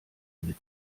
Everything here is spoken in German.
mit